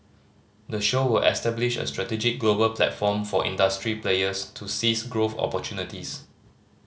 the show will establish a strategic global platform for industry players to seize growth opportunities